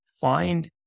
find